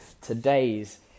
Today's